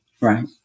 Right